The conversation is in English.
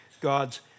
God's